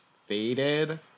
faded